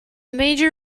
major